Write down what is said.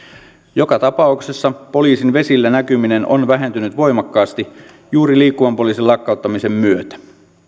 joka tapauksessa poliisin vesillä näkyminen on vähentynyt voimakkaasti juuri liikkuvan poliisin lakkauttamisen myötä